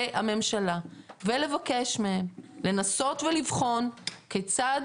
הממשלה ולבקש מהם לנסות ולבחון כיצד